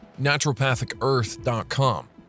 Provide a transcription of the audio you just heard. naturopathicearth.com